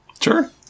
Sure